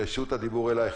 גברתי, רשות הדיבור שלך.